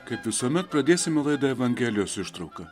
kaip visuomet pradėsime laidą evangelijos ištrauka